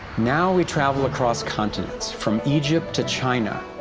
now, we travel across continents, from egypt to china,